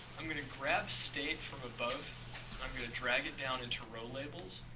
i'm going to grab state from above, and i'm going to drag it down into row labels.